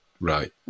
Right